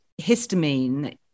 histamine